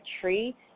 tree